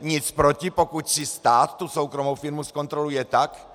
Nic proti, pokud si stát tu soukromou firmu zkontroluje tak,